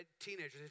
teenagers